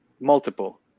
multiple